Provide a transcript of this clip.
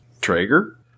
Traeger